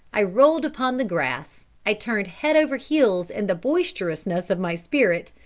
i rolled upon the grass, i turned head over heels in the boisterousness of my spirit,